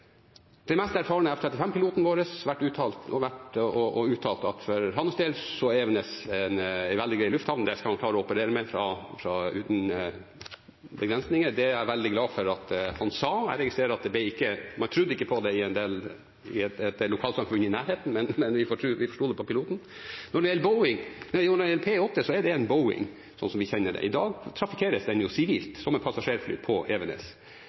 vår vært ute og uttalt at for hans del er Evenes en veldig grei lufthavn – derfra skal han klare å operere uten begrensninger. Det er jeg veldig glad for at han sa. Jeg registrerer at man ikke trodde på det i en del lokalsamfunn i nærheten, men vi får stole på piloten. Når det gjelder Boeing – en P-8 er jo en Boeing, og sånn som vi kjenner det i dag, trafikkeres det sivilt som et passasjerfly på Evenes.